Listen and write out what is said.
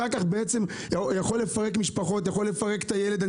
זה יכול לפרק משפחות, ויכול לפרק את הילד.